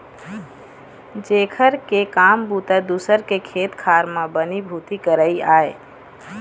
जेखर के काम बूता दूसर के खेत खार म बनी भूथी करई आय